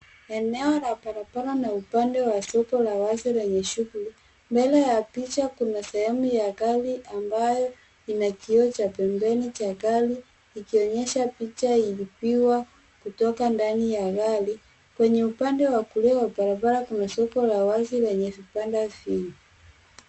Eneo la barabara na upande wa soko la wazi lenye shughuli. Mbele ya picha kuna sehemu ya gari ambayo ina kioo cha pembeni cha gari ikionyesha picha ilipigwa kutoka ndani ya gari. Kwenye upande wa kulia wa barabara kuna soko la wazi lenye vibanda vingi.